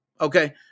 okay